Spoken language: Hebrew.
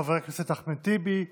חבר הכנסת אחמד טיבי,